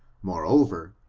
moreover,